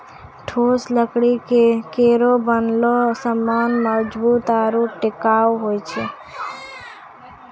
ठोस लकड़ी केरो बनलो सामान मजबूत आरु टिकाऊ होय छै